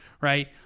right